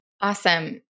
Awesome